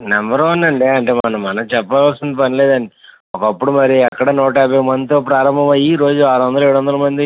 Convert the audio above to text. number one అండి అంటే మనం చెప్పవలసిన లేదండి ఒకప్పుడు మరి ఎక్కడ నూట యాభై మందితో ప్రారంభం అయ్యి ఈరోజు ఆరు వందలు ఏడు వందల మంది